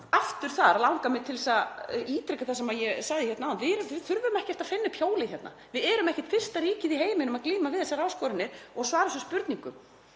Aftur þar langar mig hins vegar til að ítreka það sem ég sagði hérna áðan: Við þurfum ekkert að finna upp hjólið hérna. Við erum ekki fyrsta ríkið í heiminum til að glíma við þessar áskoranir og svara þessum spurningum.